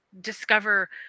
discover